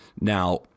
now